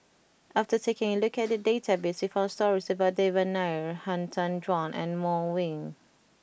after taking a look at the database we found stories about Devan Nair Han Tan Juan and Wong Ming